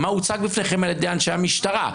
מה הוצג בפניהם על ידי אנשי המשטרה.